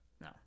No